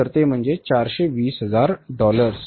ते म्हणजे 420 हजार डॉलर्स